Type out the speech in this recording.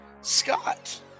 scott